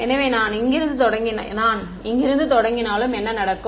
எனவே நான் இங்கிருந்து தொடங்கினாலும் என்ன நடக்கும்